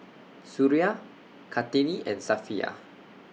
Suria Kartini and Safiya